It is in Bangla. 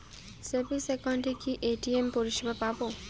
সেভিংস একাউন্টে কি এ.টি.এম পরিসেবা পাব?